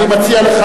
אני מציע לך